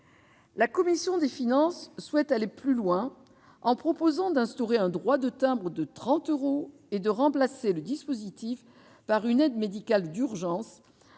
La commission des finances souhaite aller plus loin. Elle propose d'instaurer un droit de timbre de 30 euros, de remplacer le dispositif par une aide médicale d'urgence